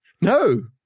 No